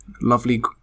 lovely